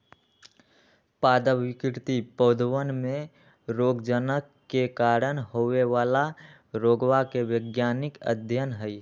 पादप विकृति पौधवन में रोगजनक के कारण होवे वाला रोगवा के वैज्ञानिक अध्ययन हई